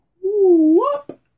Whoop